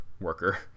worker